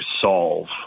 solve